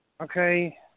Okay